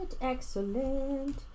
Excellent